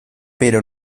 pero